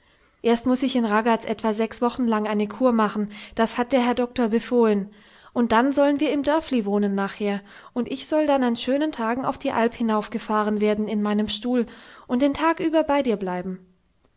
erst muß ich in ragaz etwa sechs wochen lang eine kur machen das hat der herr doktor befohlen und dann sollen wir im dörfli wohnen nachher und ich soll dann an schönen tagen auf die alp hinaufgefahren werden in meinem stuhl und den tag über bei dir bleiben